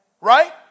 right